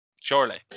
Surely